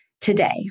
today